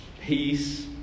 peace